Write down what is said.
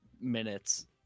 minutes